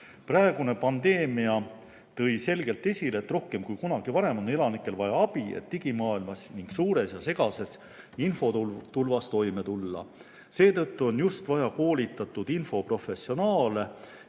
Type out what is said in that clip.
Praegune pandeemia tõi selgelt esile, et rohkem kui kunagi varem on elanikel vaja abi, et digimaailmas ning suures ja segases infotulvas toime tulla. Seetõttu on just vaja koolitatud infoprofessionaale